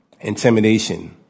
intimidation